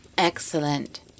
Excellent